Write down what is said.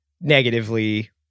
negatively